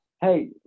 hey